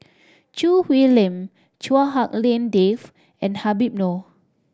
Choo Hwee Lim Chua Hak Lien Dave and Habib Noh